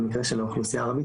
במקרה של האוכלוסייה הערבית,